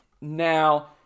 now